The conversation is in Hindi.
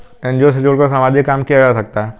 एन.जी.ओ से जुड़कर सामाजिक काम किया जा सकता है